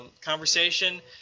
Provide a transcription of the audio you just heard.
conversation